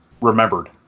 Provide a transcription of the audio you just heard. remembered